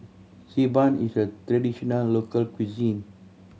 Xi Ban is a traditional local cuisine